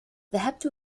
ذهبت